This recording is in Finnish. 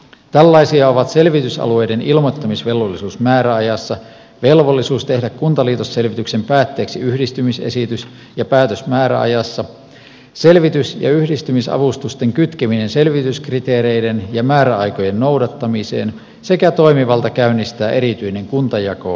tällaisia ovat selvitysalueiden ilmoittamisvelvollisuus määräajassa velvollisuus tehdä kuntaliitosselvityksen päätteeksi yhdistymisesitys ja päätös määräajassa selvitys ja yhdistymisavustusten kytkeminen selvityskriteereiden ja määräaikojen noudattamiseen sekä toimivalta käynnistää erityinen kuntajakoselvitys